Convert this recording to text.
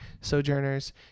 Sojourners